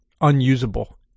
unusable